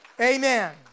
Amen